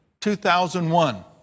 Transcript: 2001